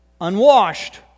unwashed